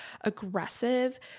aggressive